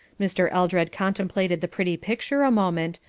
mr. eldred contemplated the pretty picture a moment,